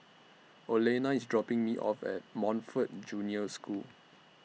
Olena IS dropping Me off At Montfort Junior School